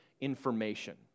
information